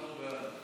אנחנו בעד.